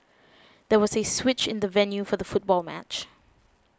there was a switch in the venue for the football match